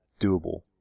doable